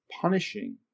punishing